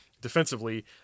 defensively